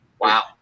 Wow